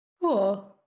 cool